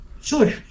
sure